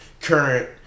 current